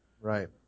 Right